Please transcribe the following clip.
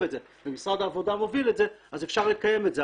את זה ומשרד העבודה מוביל את זה אפשר לקיים את זה.